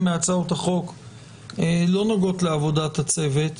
מהצעות החוק לא נוגעות לעבודת הצוות,